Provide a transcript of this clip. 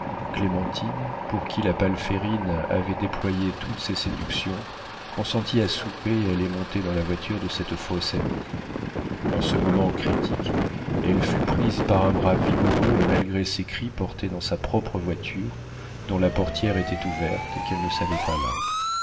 clémentine pour qui la palférine avait déployé toutes ses séductions consentit à souper et allait monter dans la voiture de cette fausse amie en ce moment critique elle fut prise par un bras vigoureux et malgré ses cris portée dans sa propre voiture dont la portière était ouverte et qu'elle ne savait pas là